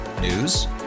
News